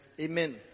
Amen